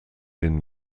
den